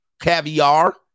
caviar